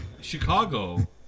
Chicago